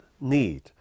need